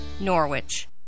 Norwich